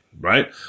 Right